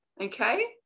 okay